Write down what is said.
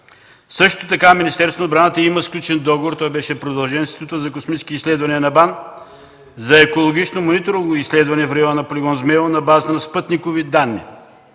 Също така Министерството на отбраната има сключен договор – той беше продължен, с Института за космически изследвания на БАН за екологично мониторингово изследване в района на полигон „Змейово” на базата на спътникови данни.